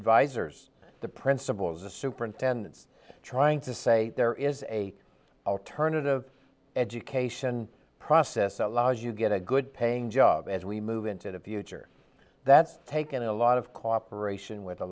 advisors the principals the superintendents trying to say there is a alternative education process that allows you get a good paying job as we move into the future that's taken a lot of cooperation with a